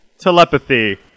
Telepathy